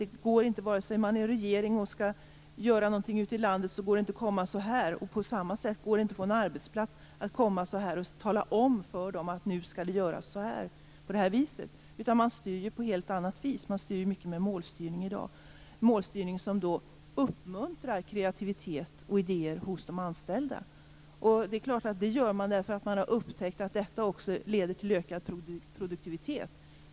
Det går inte att vare sig som regering eller arbetsgivare på en arbetsplats tala om för någon att "nu skall något göras på det viset". Styrningen sker med hjälp av målstyrning i dag. Den skall uppmuntra kreativitet och idéer hos de anställda. Man har upptäckt att detta leder till ökad produktivitet.